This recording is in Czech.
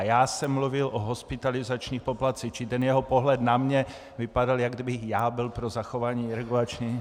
Já jsem mluvil o hospitalizačních poplatcích, čili ten jeho pohled na mě vypadal, jak kdybych byl pro zachování regulačních.